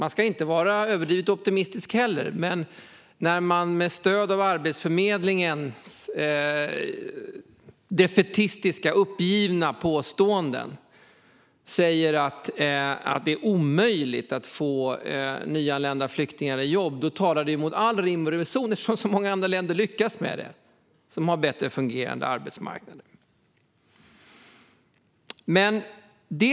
Man ska inte vara överdrivet optimistisk, men när man med stöd av Arbetsförmedlingens defaitistiska och uppgivna påståenden säger att det är omöjligt att få nyanlända flyktingar i jobb talar det mot all rim och reson, eftersom många andra länder som har en bättre fungerande arbetsmarknad lyckas med det.